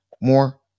More